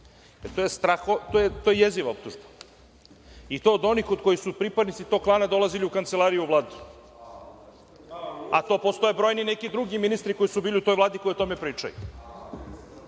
To je jeziva optužba, i to od onih kod kojih su pripadnici tog klana dolazili u kancelariju Vlade, a postoje brojni neki drugi ministri koji su bili u toj Vladi, koji o tome pričaju. Tako